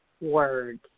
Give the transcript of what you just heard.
Words